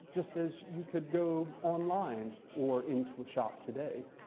just as you could go online or into a shop today.